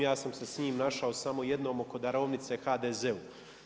Ja sam se s njim našao samo jednom oko darovnice HDZ-u.